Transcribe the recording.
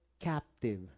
captive